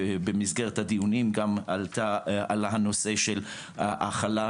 ובמסגרת הדיונים גם עלה הנושא לבטל את ההחרגה